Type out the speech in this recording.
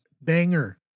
Banger